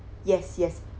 yes yes